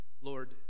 Lord